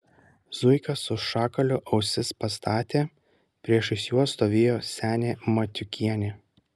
zuika su šakaliu ausis pastatė priešais juos stovėjo senė matiukienė